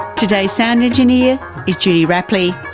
today's sound engineer is judy rapley.